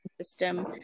system